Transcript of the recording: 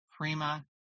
Prima